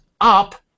up